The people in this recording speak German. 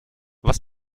was